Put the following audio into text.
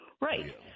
Right